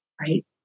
right